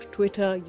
Twitter